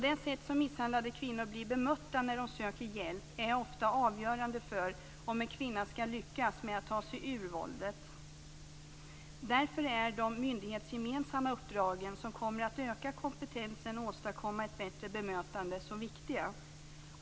Det sätt som misshandlade kvinnor blir bemötta på när de söker hjälp är ofta avgörande för om en kvinna skall lyckas ta sig ur våldet. Därför är de myndighetsgemensamma uppdrag som kommer att öka kompetensen och åstadkomma ett bättre bemötande så viktiga.